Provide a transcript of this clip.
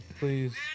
please